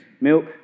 milk